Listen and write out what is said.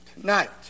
tonight